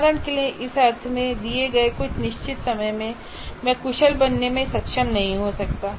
उदाहरण के लिए इस अर्थ में दिए गए कुछ निश्चित समय में मैं कुशल बनाने में सक्षम नहीं हो सकता